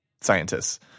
scientists